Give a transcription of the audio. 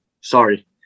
Sorry